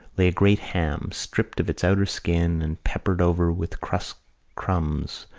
lay a great ham, stripped of its outer skin and peppered over with crust crumbs,